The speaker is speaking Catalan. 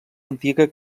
antiga